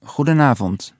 Goedenavond